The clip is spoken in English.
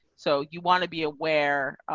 so you want to be aware